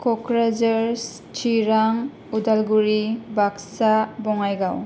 Kokrajhar Chirang Udalguri Baksa Bongaigaon